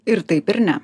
ir taip ir ne